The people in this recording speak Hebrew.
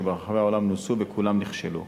שברחבי העולם נוסו וכולם נכשלו.